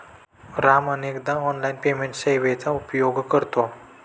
राम अनेकदा online payment सेवेचा उपयोग करतो